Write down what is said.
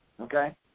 Okay